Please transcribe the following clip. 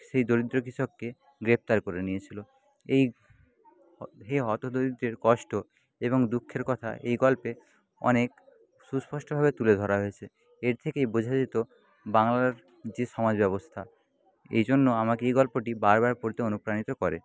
সেই দরিদ্র কৃষককে গ্রেফতার করে নিয়েছিল এই হতদরিদ্রের কষ্ট এবং দুঃখের কথা এই গল্পে অনেক সুস্পষ্ট ভাবে তুলে ধরা হয়েছে এর থেকেই বোঝা যেত বাংলার যে সমাজ ব্যবস্থা এই জন্য আমাকে এই গল্পটি বারবার পড়তে অনুপ্রাণিত করে